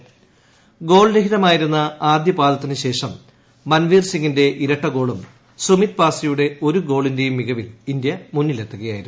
ശ്യോൾ രഹിതമായിരുന്ന ആദ്യ പാദത്തിനുശേഷം മൻവീർസിങ്ങിൻ്റെ ഇരട്ട ഗോളും സുമിത് പാസിയുടെ ഒരു ഗോളിന്റെയും മികവിൽ ഇന്ത്യ മുന്നിലെത്തുകയായിരുന്നു